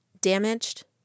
damaged